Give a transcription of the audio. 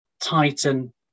tighten